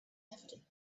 evident